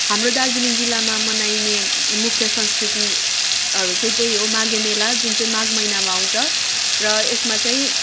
हाम्रो दार्जिलिङ जिल्लामा मनाइने मुख्य संस्कृतिहरू चाहिँ त्यही हो माघे मेला जुन चाहिँ माघ महिनामा आउँछ र यसमा चाहिँ